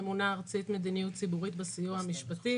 ממונה ארצית מדיניות ציבורית בסיוע המשפטי.